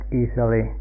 easily